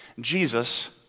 Jesus